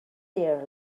there